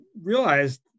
realized